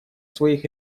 своих